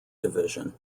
division